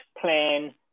plan